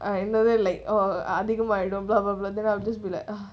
I know where like orh அதிகமாயிடும்: athigamaidhum blah blah blah then I'ii just be like ah